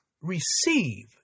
receive